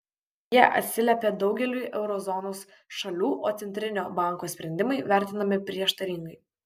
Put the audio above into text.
jie atsiliepia daugeliui euro zonos šalių o centrinio banko sprendimai vertinami prieštaringai